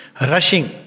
rushing